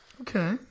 Okay